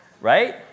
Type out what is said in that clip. right